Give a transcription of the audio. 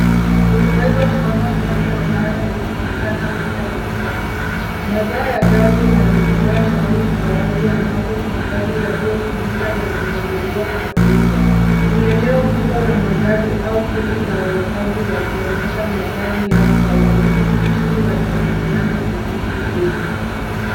Ninaweza kuona gari ambayo inaonekana mpya na safi. Bazaar ya gari inarejelea mahali pa wazi ambapo magari yaliyotumika yananunuliwa na kuuzwa. Ni eneo kubwa la magari au kundi la wauzaji wakionyesha magari yao kwa wanunuzi ili wajadiliane kuhusu bei.